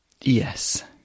Yes